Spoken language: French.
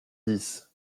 dix